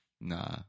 Nah